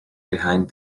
behind